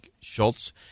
Schultz